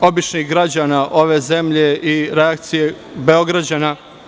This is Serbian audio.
običnih građana ove zemlje i reakcije Beograđana.